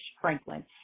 Franklin